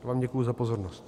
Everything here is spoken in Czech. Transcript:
Já vám děkuji za pozornost.